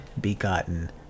begotten